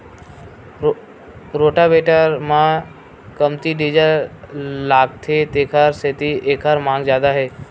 rotavator म कमती diesel लागथे तेखर सेती एखर मांग जादा हे